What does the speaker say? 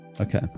Okay